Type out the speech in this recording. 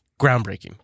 groundbreaking